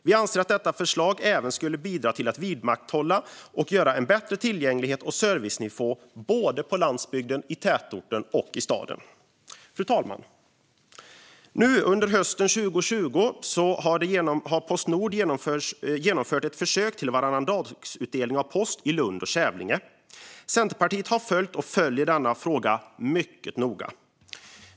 Vi anser att detta förslag även skulle bidra till att man vidmakthåller en bättre tillgänglighet och servicenivå på landsbygden, i tätorten och i staden. Fru talman! Nu under hösten 2020 har Postnord genomfört ett försök med varannandagsutdelning av post i Lund och Kävlinge. Centerpartiet har följt och följer denna fråga mycket noga.